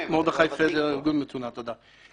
אני רוצה להתחיל את הדיון.